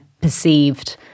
perceived